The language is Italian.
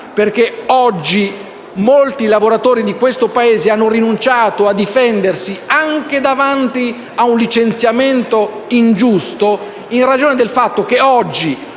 Perché oggi molti lavoratori di questo Paese hanno rinunciato a difendersi anche davanti a un licenziamento ingiusto in ragione del fatto che,